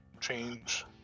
change